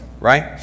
right